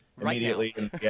immediately